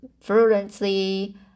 fluently